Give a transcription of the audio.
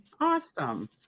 Awesome